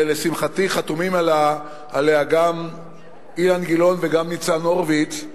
שלשמחתי חתומים עליה גם אילן גילאון וגם ניצן הורוביץ,